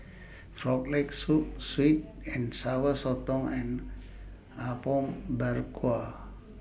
Frog Leg Soup Sweet and Sour Sotong and Apom Berkuah